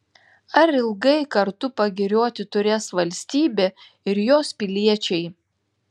ar ilgai kartu pagirioti turės valstybė ir jos piliečiai